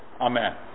amen